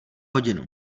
hodinu